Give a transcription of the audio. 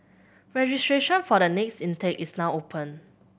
registration for the next intake is now open